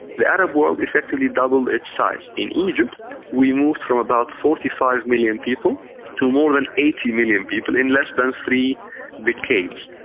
the arab world effectively doubled its size. in egypt we moved from about forty five million people to more than eighty million people in less than three decades.